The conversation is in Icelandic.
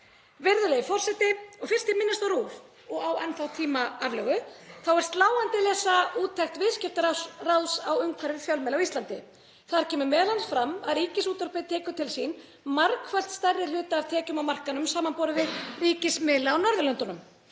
Virðulegur forseti. Fyrst ég minnist á RÚV og á enn þá tíma aflögu þá er sláandi að lesa úttekt Viðskiptaráðs á umhverfi fjölmiðla á Íslandi. Þar kemur m.a. fram að Ríkisútvarpið tekur til sín margfalt stærri hluta af tekjum af markaðnum samanborið við ríkismiðla á Norðurlöndunum.